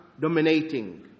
Dominating